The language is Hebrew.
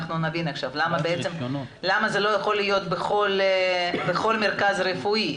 אנחנו נבין עכשיו למה בעצם זה לא יכול להיות בכל מרכז רפואי,